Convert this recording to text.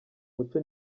muco